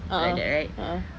a'ah a'ah